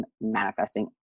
manifesting